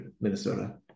Minnesota